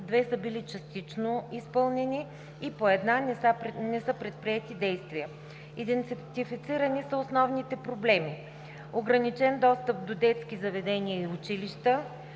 2 са били частично изпълнени и по 1 не са предприети действия. Идентифицирани са основните проблеми: - ограничен достъп до детски заведения и училища;